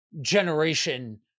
generation